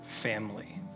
family